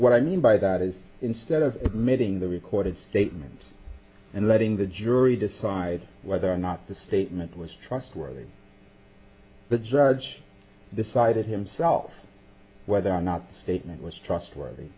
what i mean by that is instead of admitting the recorded statement and letting the jury decide whether or not the statement was trustworthy but judge decided himself whether or not the statement was trustworthy